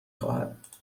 خواهد